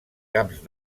caps